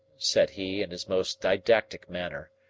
said he, in his most didactic manner,